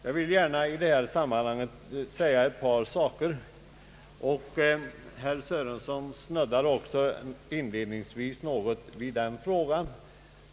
Jag vill i detta sammanhang gärna säga ett par Ang. valutaregleringen, m.m. saker om en fråga som även herr Sörenson inledningsvis snuddade vid.